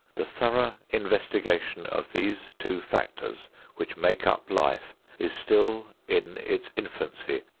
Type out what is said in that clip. the thorough investigation of these two factors which make up life is still in its infancy,